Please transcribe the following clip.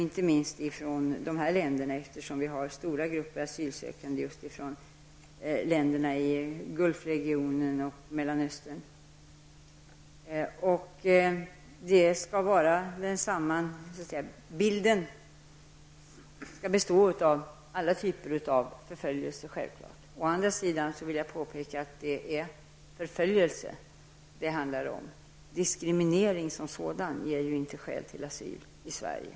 Inte minst gäller det de nu diskuterade länderna, eftersom vi har stora grupper asylsökande från länder i Gulfregionen och Till bilden skall självfallet alla typer av förföljelse räknas. Å andra sidan vill jag påpeka att det handlar om förföljelse. Diskriminering som sådan ger inte rätt till asyl i Sverige.